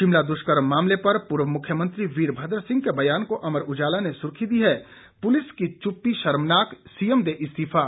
शिमला दुष्कर्म मामले पर पूर्व मुख्यमंत्री वीरभद्र सिंह के बयान को अमर उजाला ने सुर्खी दी है पुलिस की चुप्पी शर्मनाक सीएम दे इस्तीफा